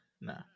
No